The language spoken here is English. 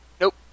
Nope